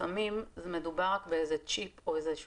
לפעמים מדובר רק באיזה צ'יפ או איזו